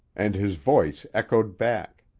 and his voice echoed back.